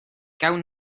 gawn